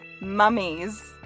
mummies